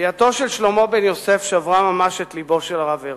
תלייתו של שלמה בן-יוסף שברה ממש את לבו של הרב הרצוג.